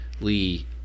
Lee